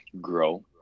grow